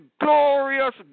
glorious